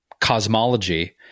cosmology